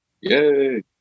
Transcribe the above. Yay